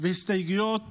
והסתייגויות